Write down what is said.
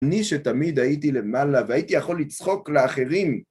אני שתמיד הייתי למעלה, והייתי יכול לצחוק לאחרים.